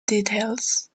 details